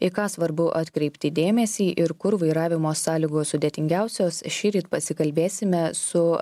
į ką svarbu atkreipti dėmesį ir kur vairavimo sąlygos sudėtingiausios šįryt pasikalbėsime su